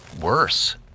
worse